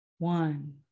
One